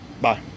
Bye